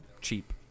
Cheap